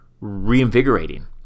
reinvigorating